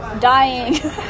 Dying